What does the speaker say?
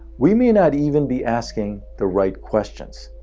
we may not even be asking the right questions.